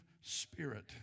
Spirit